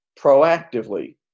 proactively